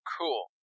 Cool